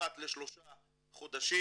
אחת לשלושה חודשים,